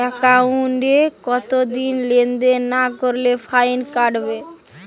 একাউন্টে কতদিন লেনদেন না করলে ফাইন কাটবে?